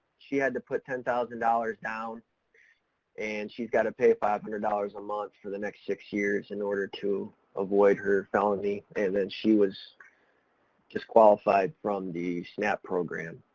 she had to put ten thousand dollars down and she's got to pay five hundred dollars a month for the next six years in order to avoid her felony, and then she was disqualified from the snap program.